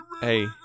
hey